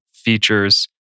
features